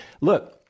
look